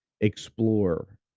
explore